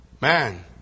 Man